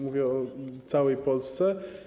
Mówię o całej Polsce.